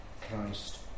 Christ